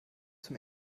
zum